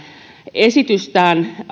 esitystään